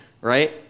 right